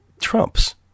Trump's